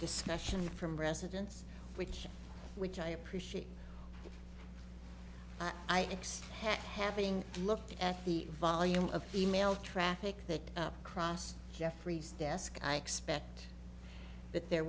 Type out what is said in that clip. discussion from residents which which i appreciate i x having looked at the volume of e mail traffic that cross jeffries desk i expect that there